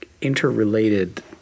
interrelated